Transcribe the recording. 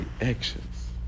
actions